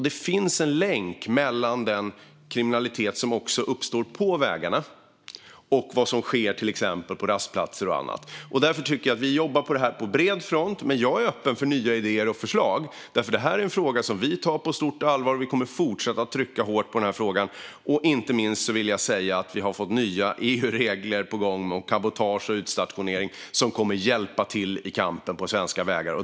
Det finns en länk mellan den kriminalitet som uppstår på vägarna och vad som sker på rastplatser och annat. Därför jobbar vi med detta på bred front. Jag är dock öppen för nya idéer och förslag eftersom vi tar denna fråga på stort allvar, och vi kommer att fortsätta att trycka hårt på denna fråga. Dessutom är det nya EU-regler på gång om cabotage och utstationering som kommer att hjälpa till i kampen på svenska vägar.